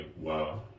wow